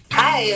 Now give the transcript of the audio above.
hi